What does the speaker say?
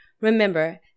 Remember